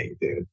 dude